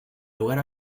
lugar